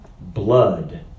blood